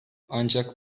ancak